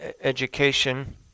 education